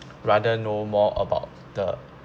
rather know more about the